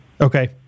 Okay